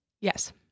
Yes